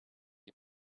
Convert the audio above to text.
die